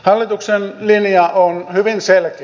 hallituksen linja on hyvin selkeä